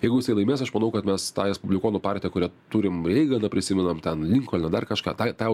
jeigu jisai laimės aš manau kad mes tą respublikonų partiją kurią turim reiganą prisimenam ten linkolną dar kažką tą tą jau